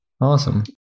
Awesome